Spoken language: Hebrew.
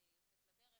יוצאת לדרך.